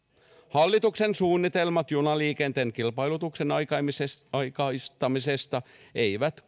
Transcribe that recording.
hallituksen suunnitelmat junaliikenteen kilpailutuksen aikaistamisesta aikaistamisesta eivät